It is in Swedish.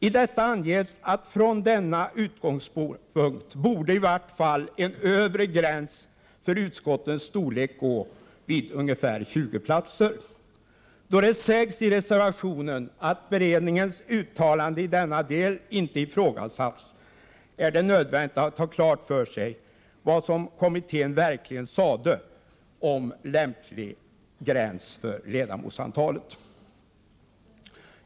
I denna anges att från den utgångspunkten borde i varje fall en övre gräns för utskottens storlek gå vid ungefär 20 platser. Eftersom det sägs i reservationen att beredningens uttalande i denna del inte ifrågasatts, är det nödvändigt att ha klart för sig vad kommittén verkligen sade om lämplig gräns för ledamotsantalet.